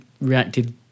reacted